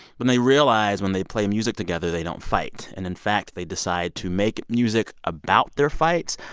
but they realize when they play music together, they don't fight. and, in fact, they decide to make music about their fights.